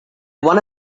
want